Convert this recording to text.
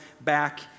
back